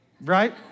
Right